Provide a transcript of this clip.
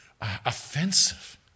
offensive